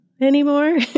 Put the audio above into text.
anymore